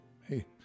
hey